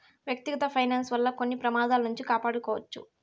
వ్యక్తిగత ఫైనాన్స్ వల్ల కొన్ని ప్రమాదాల నుండి కాపాడుకోవచ్చు